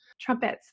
trumpets